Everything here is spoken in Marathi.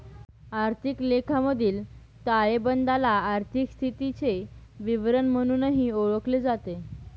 आर्थिक लेखामधील ताळेबंदाला आर्थिक स्थितीचे विवरण म्हणूनही ओळखले जाते